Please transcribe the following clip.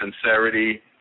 sincerity